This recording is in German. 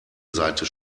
seite